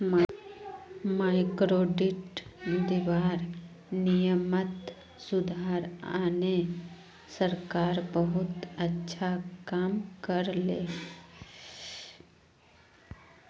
microcredit दीबार नियमत सुधार आने सरकार बहुत अच्छा काम कर ले